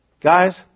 Guys